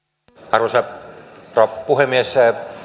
arvoisa rouva puhemies